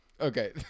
Okay